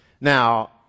Now